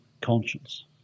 conscience